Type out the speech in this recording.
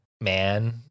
man